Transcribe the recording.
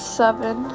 seven